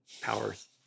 powers